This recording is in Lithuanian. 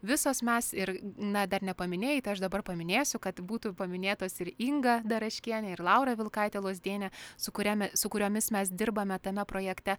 visos mes ir na dar nepaminėjai tai aš dabar paminėsiu kad būtų paminėtos ir inga daraškienė ir laura vilkaitė lozdienė su kuriam su kuriomis mes dirbame tame projekte